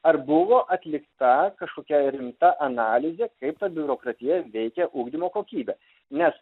ar buvo atlikta kažkokia rimta analizė kaip ta biurokratija veikia ugdymo kokybę nes